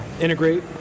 integrate